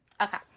Okay